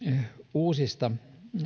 uusista